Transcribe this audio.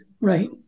right